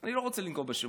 אני לא רוצה לנקוב בשמות,